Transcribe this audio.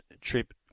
trip